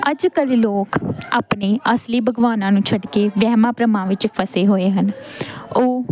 ਅੱਜ ਕੱਲ ਲੋਕ ਆਪਣੇ ਅਸਲੀ ਭਗਵਾਨਾਂ ਨੂੰ ਛੱਡ ਕੇ ਵਹਿਮਾਂ ਭਰਮਾਂ ਵਿੱਚ ਫਸੇ ਹੋਏ ਹਨ ਉਹ